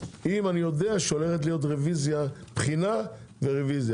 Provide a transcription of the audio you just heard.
אם אני יודע שהולכת להיות בחינה ורוויזיה.